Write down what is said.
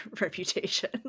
reputation